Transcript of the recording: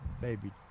baby